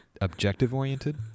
objective-oriented